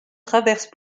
traversent